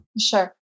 Sure